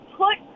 put